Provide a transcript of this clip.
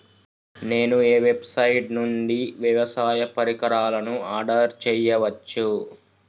నేను ఏ వెబ్సైట్ నుండి వ్యవసాయ పరికరాలను ఆర్డర్ చేయవచ్చు?